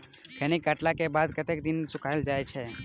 खैनी केँ काटला केँ बाद कतेक दिन सुखाइल जाय छैय?